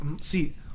see